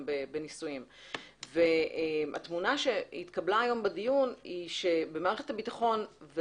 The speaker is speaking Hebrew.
בניסויים והתמונה שהתקבלה היום בדיון היא שבמערכת הביטחון,